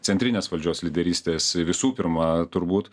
centrinės valdžios lyderystės visų pirma turbūt